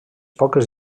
poques